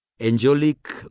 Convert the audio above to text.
angelic